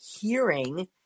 hearing